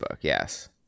yes